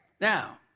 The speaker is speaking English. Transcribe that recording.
Now